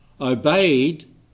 obeyed